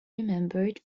remembered